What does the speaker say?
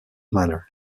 manner